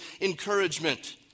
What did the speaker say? encouragement